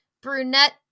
brunette